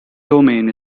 domain